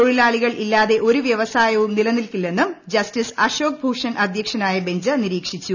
തൊഴിലാളിക്ൾ ഇല്ലാതെ ഒരു വ്യവസായവും നിലനിൽക്കില്ലെന്നും ജസ്റ്റിസ് അശോക് ഭൂഷൺ അധ്യക്ഷനായ ബെഞ്ച് നിരീക്ഷിച്ചു